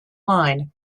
line